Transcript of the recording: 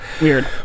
Weird